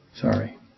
Sorry